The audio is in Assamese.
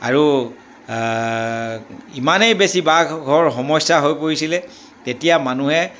আৰু ইমানেই বেছি বাঘৰ সমস্যা হৈ পৰিছিলে তেতিয়া মানুহে